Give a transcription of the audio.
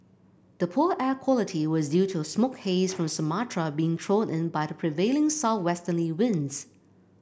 the poor air quality was due to smoke haze from Sumatra being blown in by the prevailing southwesterly winds